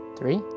Three